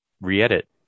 re-edit